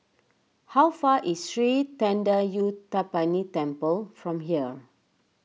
how far away is Sri thendayuthapani Temple from here